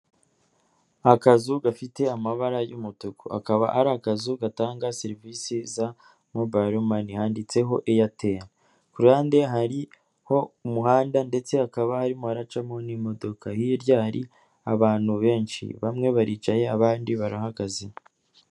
Akazu gafite amabara y'umutuku, akaba ari akazu gatanga serivisi za mobayiromani, handitseho Airtel, ku ruhande hariho umuhanda ndetse hakaba harimo haracamo n'imodoka, hirya hari abantu benshi, bamwe baricaye, abandi barahagaze.